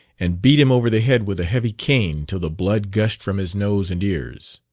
and beat him over the head with a heavy cane till the blood gushed from his nose and ears.